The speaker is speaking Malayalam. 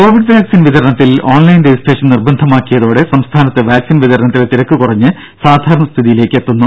ദര വാക്സീൻ വിതരണത്തിൽ ഓൺലൈൻ രജിസ്ട്രേഷൻ നിർബന്ധിതമാക്കിയതോടെ സംസ്ഥാനത്ത് വാക്സീൻ വിതരണത്തിലെ തിരക്ക് കുറഞ്ഞ് സാധാരണ സ്ഥിതിയിലേക്കെത്തുന്നു